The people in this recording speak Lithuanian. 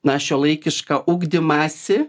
na šiuolaikišką ugdymąsi